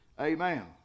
Amen